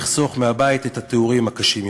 אך אחסוך מהבית את התיאורים הקשים יותר.